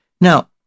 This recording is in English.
Now